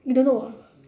you don't know ah